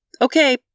okay